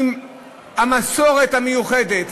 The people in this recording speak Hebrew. עם המסורת המיוחדת.